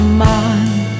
mind